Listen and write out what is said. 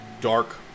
dark